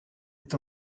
est